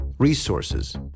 resources